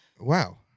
wow